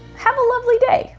have a lovely day.